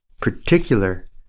particular